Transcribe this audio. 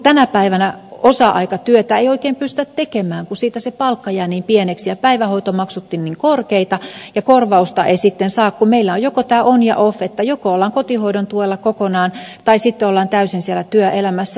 tänä päivänä osa aikatyötä ei oikein pystytä tekemään kun se palkka jää niin pieneksi ja päivähoitomaksutkin ovat niin korkeita ja korvausta ei sitten saa kun meillä on joko tämä on tai off että joko ollaan kotihoidon tuella kokonaan tai sitten ollaan täysin siellä työelämässä